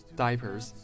diapers